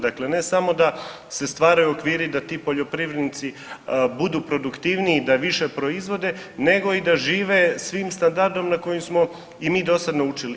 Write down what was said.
Dakle, ne samo da se stvaraju okviri da ti poljoprivrednici budu produktivniji, da više proizvode, nego da i žive svim standardom na koji smo i mi dosada naučili.